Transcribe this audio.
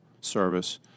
service